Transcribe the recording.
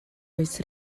oes